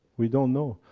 we don't know.